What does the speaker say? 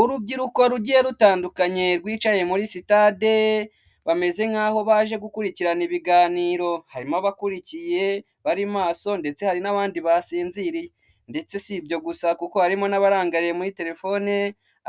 Urubyiruko rugiye rutandukanye rwicaye muri sitade bameze nk'aho baje gukurikirana ibiganiro, harimo abakurikiye bari maso ndetse hari n'abandi basinziriye ndetse si ibyo gusa kuko harimo n'abarangariye muri terefone